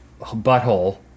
butthole